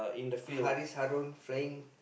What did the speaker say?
Harris Harun playing